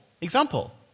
example